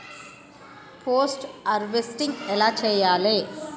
Post harvesting ఎలా చెయ్యాలే?